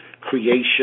creation